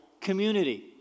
community